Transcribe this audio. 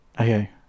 okay